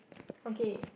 okay